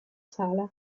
sala